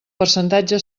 percentatge